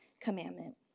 Commandment